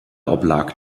oblag